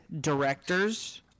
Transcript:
directors